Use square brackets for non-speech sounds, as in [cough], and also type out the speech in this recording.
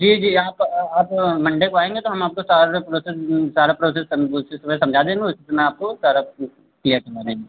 जी जी आप आप मंडे को आएँगे तो हम आपको सारा प्रोसेस सारा प्रोसेस उसी समय समझा देंगे उसी समय आपको सारा क्लियर [unintelligible] देंगे